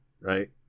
right